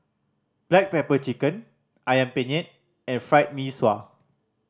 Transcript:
black pepper chicken Ayam Penyet and Fried Mee Sua